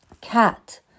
Cat